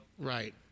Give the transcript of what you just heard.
Right